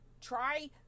try